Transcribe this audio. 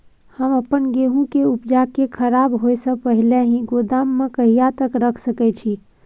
हम अपन गेहूं के उपजा के खराब होय से पहिले ही गोदाम में कहिया तक रख सके छी?